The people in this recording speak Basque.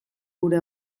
gure